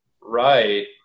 right